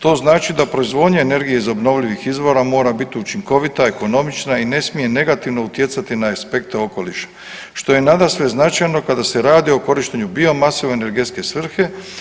To znači da proizvodnja energije iz obnovljivih izvora mora bit učinkovita, ekonomična i ne smije negativno utjecati na aspekte okoliša, što je nadasve značajno kada se radi o korištenju bio mase u energetske svrhe.